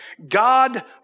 God